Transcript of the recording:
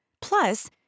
Plus